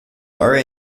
are